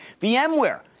VMware